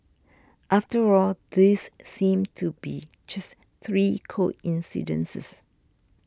after all these seem to be just three coincidences